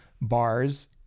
bars